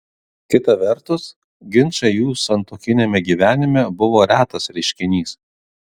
kita vertus ginčai jų santuokiniame gyvenime buvo retas reiškinys